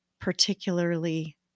particularly